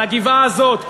על הגבעה הזאת.